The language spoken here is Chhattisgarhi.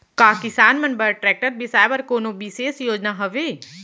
का किसान मन बर ट्रैक्टर बिसाय बर कोनो बिशेष योजना हवे?